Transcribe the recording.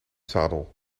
zadel